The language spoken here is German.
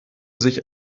sich